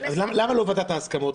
למה לא ועדת ההסכמות?